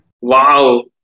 Wow